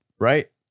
Right